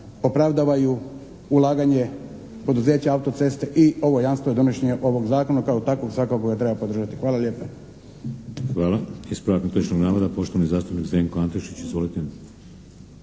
opravdavaju ulaganje poduzeća autoceste i ovo jamstvo je donošenje ovog Zakona i kao takvog svakako ga treba podržati. Hvala lijepa. **Šeks, Vladimir (HDZ)** Hvala. Ispravak netočnog navoda, poštovani zastupnik Zdenko Antešić. Izvolite.